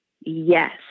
yes